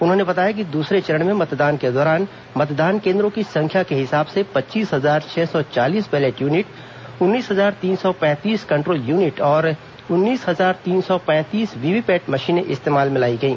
उन्होंने बताया कि दूसरे चरण में मतदान के दौरान मतदान केंद्रो की संख्या के हिसाब से पच्चीस हजार छह सौ चालीस बैलेट यूनिट उन्नीस हजार तीन सौ पैंतीस कंट्रोल यूनिट और उन्नीस हजार तीन सौ पैंतीस वीवीपैट मशीने इस्तेमाल में लाई गई